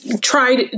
tried